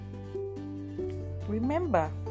Remember